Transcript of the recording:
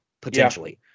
Potentially